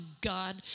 God